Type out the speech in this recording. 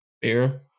Beer